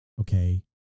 okay